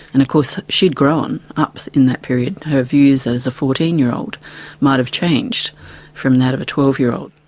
and of course she'd grown up in that period her views as a fourteen year old might've changed from that of a twelve-year-old.